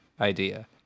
idea